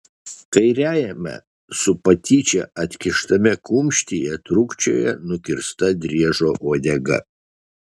kairiajame su patyčia atkištame kumštyje trūkčioja nukirsta driežo uodega